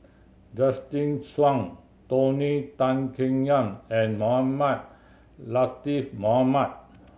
Justin Zhuang Tony Tan Keng Yam and Mohamed Latiff Mohamed